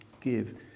give